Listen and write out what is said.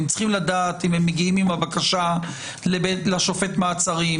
הם צריכים לדעת אם הם מגיעים עם הבקשה לשופט מעצרים,